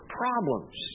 problems